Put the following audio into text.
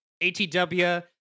ATW